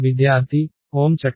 విద్యార్థి ఓమ్ చట్టం